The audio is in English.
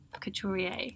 couturier